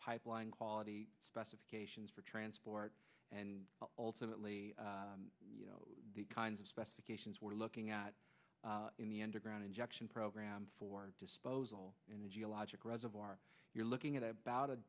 pipeline quality specifications for transport and ultimately the kinds of specifications we're looking at in the underground injection program for disposal in the geologic reservoir you're looking at about a